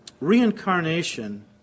reincarnation